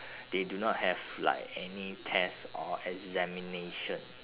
they do not have like any test or examination